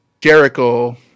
Jericho